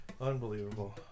Unbelievable